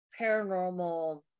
paranormal